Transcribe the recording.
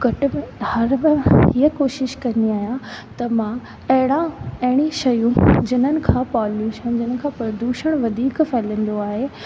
घटि में हर बार हीअ कोशिश कंदी आहियां त मां अहिड़ा अहिड़ी शयूं जिनन खां पॉल्यूशन जिन खां प्रदूषण वधीक फैलिजंदो आहे